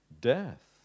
death